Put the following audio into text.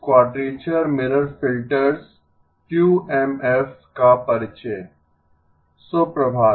quadrature mirror filters का परिचय शुभ प्रभात